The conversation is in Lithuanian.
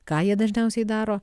ką jie dažniausiai daro